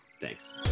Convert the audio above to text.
Thanks